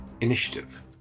initiative